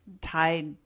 tied